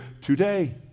today